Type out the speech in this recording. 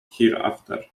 hereafter